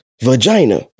vagina